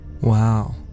Wow